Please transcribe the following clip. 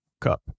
cup